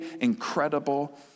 incredible